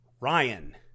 Ryan